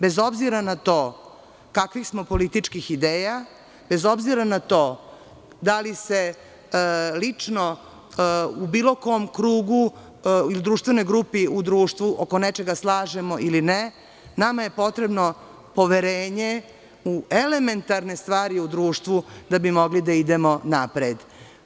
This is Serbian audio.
Bez obzira na to kakvih smo političkih ideja, bez obzira na to da li se lično u bilo kom krugu ili društvenoj grupi u društvu oko nečega slažemo ili ne, nama je potrebno poverenje u elementarne stvari u društvu, da bi mogli da idemo napred.